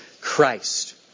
Christ